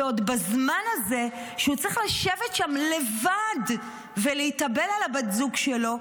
ועוד בזמן הזה שהוא צריך לשבת שם לבד ולהתאבל על הבת זוג שלו,